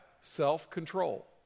self-control